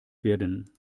werden